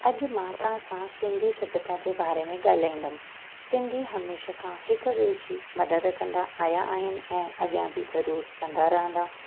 अॼु मां तव्हां सां सिंधी सभ्यता जे बारे में ॻाल्हाईंदमि सिंधी हमेशह खां हिक ॿिए जी मददु कंदा आया आहिनि ऐं अॻियां बि ज़रूर कंदा रहंदा